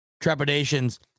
trepidations